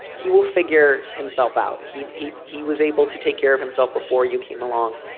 he will figure himself out. he'd eat. he was able to take care of himself before you came along.